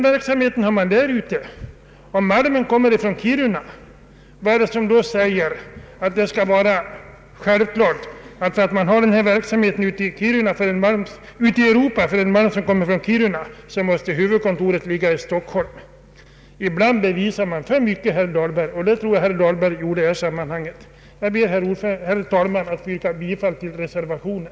Vad är det som säger att det skall vara självklart att när försöksverksamhet bedrivs ute i Europa rörande en malm som kommer från Kiruna, så måste huvudkontoret ligga i Stockholm? Ibland bevisar man för mycket, herr Dahlberg. Det tycker jag att herr Dahlberg gjorde i det här sammanhanget. Jag yrkar bifall till reservationen.